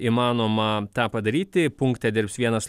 įmanoma tą padaryti punkte dirbs vienas